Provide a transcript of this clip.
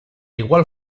igual